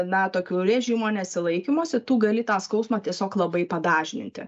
na tokių režimo nesilaikymosi tu gali tą skausmą tiesiog labai padažninti